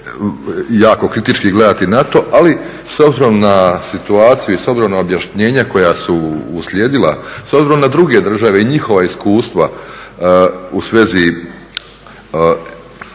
jako kritički gledati na to. Ali s obzirom na situaciju i s obzirom na objašnjenja koja su uslijedila, s obzirom na druge države i njihova iskustva u svezi